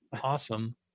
awesome